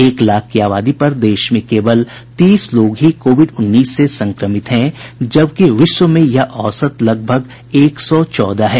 एक लाख की आबादी पर देश में केवल तीस लोग ही कोविड उन्नीस से संक्रमित हैं जबकि विश्व में यह औसत लगभग एक सौ चौदह है